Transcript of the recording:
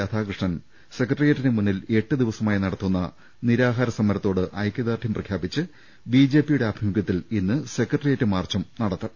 രാധാകൃഷ്ണൻ സെക്രട്ടേറിയറ്റിന് മുന്നിൽ എട്ടു ദിവസമായി നടത്തുന്ന നിരാഹാരസമരത്തോട് ഐക്യദാർഡ്യം പ്രഖ്യാപിച്ച് ബി ജെ പിയുടെ ആഭിമുഖ്യത്തിലും ഇന്ന് സെക്രട്ടേറിയറ്റ് മാർച്ച് നടക്കും